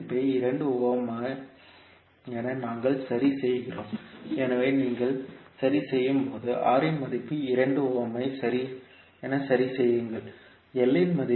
R இன் மதிப்பை 2 ohm என நாங்கள் சரி செய்கிறோம் எனவே நீங்கள் சரி செய்யும் போது R இன் மதிப்பை 2 ஓம் என சரி செய்யும் போது